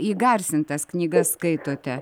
įgarsintas knygas skaitote